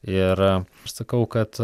ir aš sakau kad